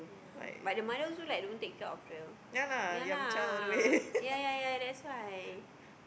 but the mother also like don't take care of her ya lah ya ya ya that's why